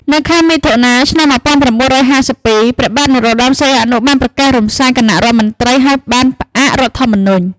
នៅខែមិថុនា ឆ្នាំ១៩៥២ ព្រះបាទនរោត្តម សីហនុ បានប្រកាសរំលាយគណៈរដ្ឋមន្ត្រី ហើយបានផ្អាករដ្ឋធម្មនុញ្ញ។